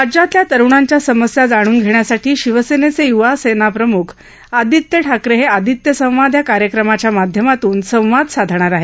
राज्यातल्या तरूणांच्या समस्या जाणून घेण्यासाठी शिवसेनेचे युवा सेना प्रमुख आदित्य ठाकरे हे आदित्य संवाद या कार्यक्रमाच्या माध्यमातून संवाद साधणार आहेत